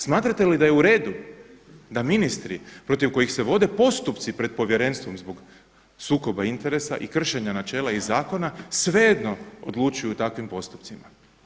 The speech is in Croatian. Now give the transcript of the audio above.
Smatrate li da je u redu da ministri protiv kojih se vode postupci pred Povjerenstvom zbog sukoba interesa i kršenja načela i zakona svejedno odlučuju u takvim postupcima.